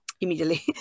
immediately